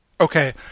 Okay